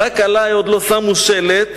"רק עלי עוד לא שמו שלט,